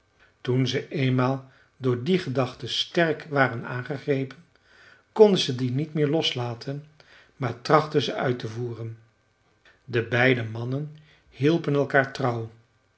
toen ze eenmaal door die gedachten sterk waren aangegrepen konden ze die niet meer loslaten maar trachtten ze uit te voeren de beide mannen hielpen elkaar trouw